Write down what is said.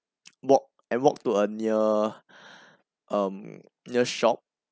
walked and walked to a near um near shop